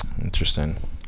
Interesting